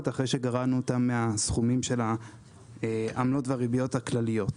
אחרי שגרענו אותן מהסכומים של העמלות והריביות הכלליות.